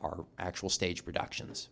our actual stage productions